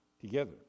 together